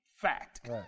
Fact